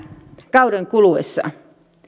kauden kuluessa